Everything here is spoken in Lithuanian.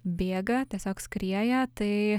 bėga tiesiog skrieja tai